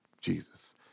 Jesus